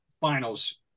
finals